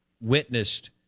witnessed